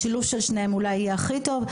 השילוב של שניהם אולי יהיה הכי טוב.